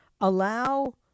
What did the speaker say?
allow